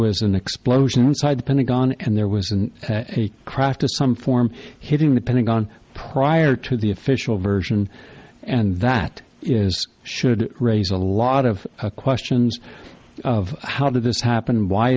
was an explosion inside the pentagon and there was a craft of some form hitting the pentagon prior to the official version and that is should raise a lot of questions of how did this happen and why